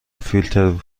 فیلتر